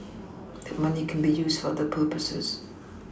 that money can be used for other purposes